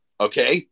okay